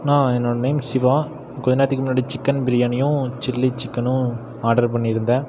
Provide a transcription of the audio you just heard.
அண்ணா என்னோட நேம் சிவா கொஞ்ச நேரத்துக்கு முன்னாடி சிக்கன் பிரியாணியும் சில்லி சிக்கனும் ஆர்டர் பண்ணிருந்தேன்